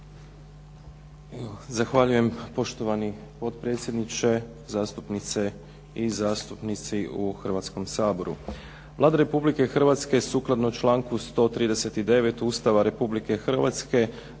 Zahvaljujem poštovani potpredsjedniče, zastupnice i zastupnici u Hrvatskom saboru. Vlada Republike Hrvatske, sukladno članku 139. Ustava Republike Hrvatske,